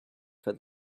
for